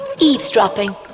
Eavesdropping